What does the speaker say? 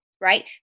right